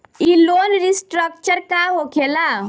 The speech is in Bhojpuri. ई लोन रीस्ट्रक्चर का होखे ला?